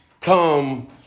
come